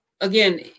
Again